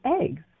eggs